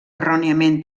erròniament